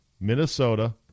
Minnesota